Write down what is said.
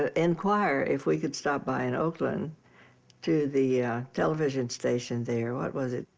ah enquire if we could stop by in oakland to the television station there. what was it?